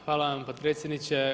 Hvala vam potpredsjedniče.